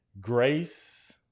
grace